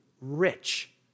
rich